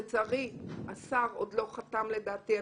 לצערי השר עוד לא חתם לדעתי.